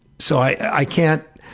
so i can't